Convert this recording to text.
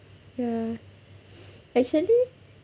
ya actually